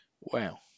Wow